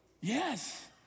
Yes